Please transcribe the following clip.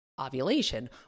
ovulation